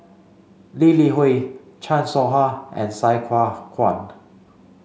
Lee Li Hui Chan Soh Ha and Sai Hua Kuan